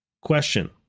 Question